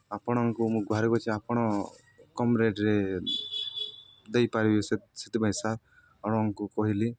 ଆପଣଙ୍କୁ ମୁଁ ଗୁହାରି କରୁଛି ଆପଣ କମ୍ ରେଟ୍ରେ ଦେଇପାରିବେ ସେଥିପାଇଁ ସାର୍ ଆପଣଙ୍କୁ କହିଲି